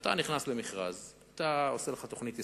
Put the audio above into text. שכשאתה נכנס למכרז, אתה עושה לך תוכנית עסקית,